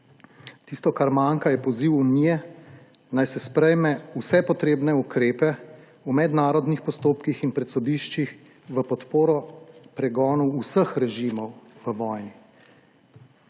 tisto, kar manjka, je poziv Unije, naj se sprejme vse potrebne ukrepe v mednarodnih postopkih in pred sodišči v podporo pregonu vseh režimov v vojni,